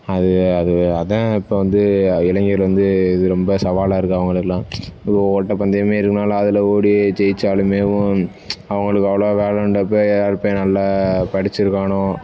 அது அது அதுதான் இப்போ வந்து இளைஞர் வந்து இது ரொம்ப சவாலாக இருக்குது அவங்களுக்குலாம் ஓ ஓட்டப்பந்தயமே இருந்தாலும் அதில் ஓடி ஜெயிச்சாலுமேவும் அவங்களுக்கு அவ்வளோவா நல்லா படிச்சிருக்கானோ